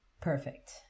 Perfect